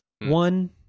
One